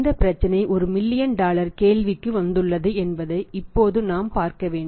இந்த பிரச்சினை ஒரு மில்லியன் டாலர் கேள்விக்கு வந்துள்ளது என்பதை இப்போது நாம் பார்க்க வேண்டும்